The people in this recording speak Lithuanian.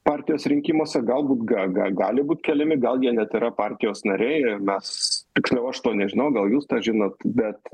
partijos rinkimuose galbūt ga ga gali būt keliami gal jie net yra partijos nariai mes tiksliau aš to nežinau gal jūs tą žinot bet